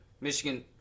Michigan